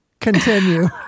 continue